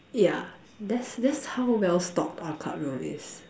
yeah that's that's how well stocked our club room is